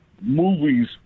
movies